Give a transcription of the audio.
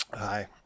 Hi